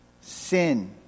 sin